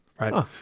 right